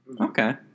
Okay